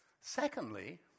Secondly